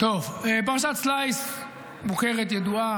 פרשת סלייס מוכרת, ידועה.